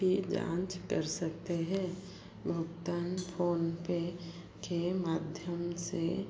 की जाँच कर सकते हैं भुगतान फ़ोनपे के माध्यम से